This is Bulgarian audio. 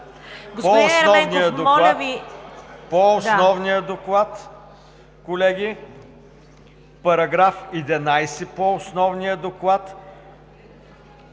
По основния доклад, колеги, § 11 по Основния доклад